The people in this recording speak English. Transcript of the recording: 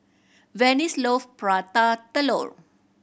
Venice love Prata Telur